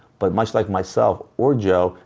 but much like myself or joe,